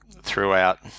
throughout